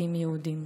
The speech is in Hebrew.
מתים יהודים.